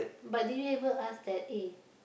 but do you able to ask that eh